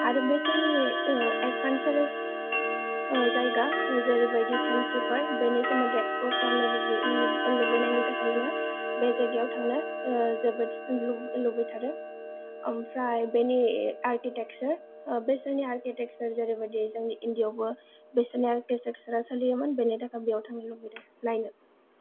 आरो बिसोरनि एडवेंचरास जायगा जेरैबायदि थेम्स रिभार बेनि सोमोनदोयै एक्सप्लोर खालामनो लुगैनायनि थाखाइनो बे जायगायाव थांनो जोबोद लुबैथारो आमफ्राय बेनि आर्किटेक्चार बेसोरनि आर्किटेक्चार जेरैबायदि जोंनि इंडियायावबो बिसोरनि आर्किटेक्चारा सलियोमोन बेनि थाखाइ बेयाव थांनो लुबैदों नायनो